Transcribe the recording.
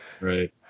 Right